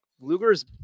Luger's